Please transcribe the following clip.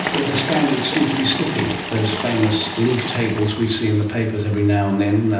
the standards seem to be slipping, those famous league tables we see in the papers every now and then,